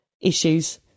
issues